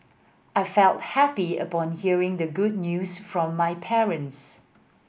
I felt happy upon hearing the good news from my parents